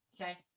Okay